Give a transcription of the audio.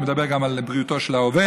הוא מדבר גם על בריאותו של העובד.